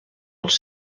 als